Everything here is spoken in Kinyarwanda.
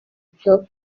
byo